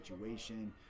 situation